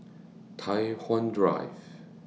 Tai Hwan Drive